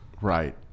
right